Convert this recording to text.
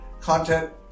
content